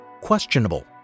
questionable